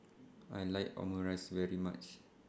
I like Omurice very much